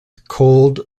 cold